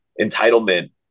entitlement